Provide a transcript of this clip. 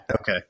Okay